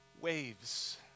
waves